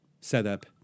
setup